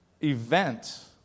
event